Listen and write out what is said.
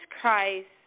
Christ